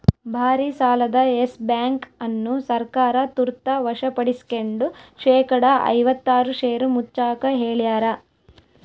ಭಾರಿಸಾಲದ ಯೆಸ್ ಬ್ಯಾಂಕ್ ಅನ್ನು ಸರ್ಕಾರ ತುರ್ತ ವಶಪಡಿಸ್ಕೆಂಡು ಶೇಕಡಾ ಐವತ್ತಾರು ಷೇರು ಮುಚ್ಚಾಕ ಹೇಳ್ಯಾರ